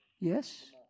yes